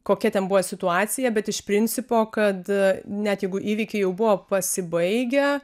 kokia ten buvo situacija bet iš principo kad net jeigu įvykiai jau buvo pasibaigę